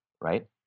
right